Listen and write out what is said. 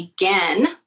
again